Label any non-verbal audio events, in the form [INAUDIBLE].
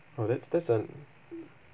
oh that's that's an~ [NOISE]